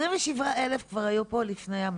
27,000 כבר היו פה לפני המתווה,